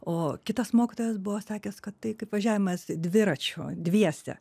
o kitas mokytojas buvo sakęs kad tai kaip važiavimas dviračiu dviese